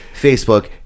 Facebook